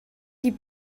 die